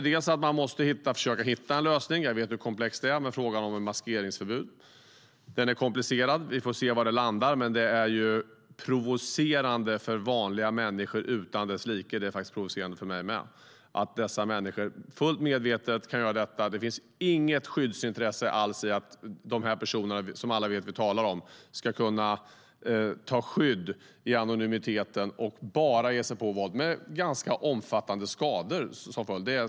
Vi måste försöka hitta en lösning på frågan om ett maskeringsförbud. Den är komplicerad. Vi får se var den landar. Men det är ju provocerande utan dess like för vanliga människor, och även för mig, att dessa människor fullt medvetet kan maskera sig. Det finns inget intresse alls i att de personer, som vi alla vet vilka jag talar om, ska kunna ta skydd i anonymiteten och ge sig på med våld med ganska omfattande skador som följd.